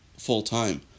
full-time